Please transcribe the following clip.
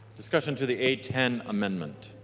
discussion to the a ten amendment?